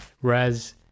whereas